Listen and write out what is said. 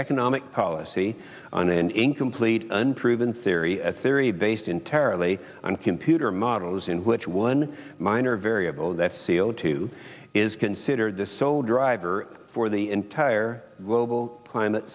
economic policy on an incomplete unproven theory a theory based entirely on computer models in which one minor variable that c o two is considered the sole driver for the entire global climate